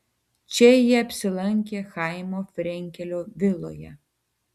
čia jie apsilankė chaimo frenkelio viloje